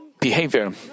behavior